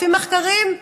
לפי מחקרים,